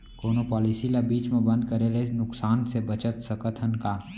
कोनो पॉलिसी ला बीच मा बंद करे ले नुकसान से बचत सकत हन का?